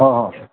हा हा